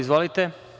Izvolite.